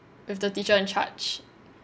with the teacher in charge